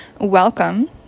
welcome